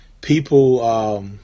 people